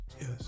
Yes